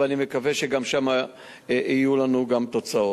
ואני מקווה שגם שם יהיו לנו גם תוצאות.